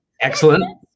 Excellent